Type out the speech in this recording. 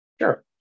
Sure